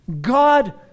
God